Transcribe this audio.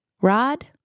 Rod